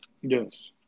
Yes